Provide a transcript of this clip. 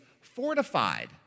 fortified